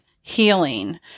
healing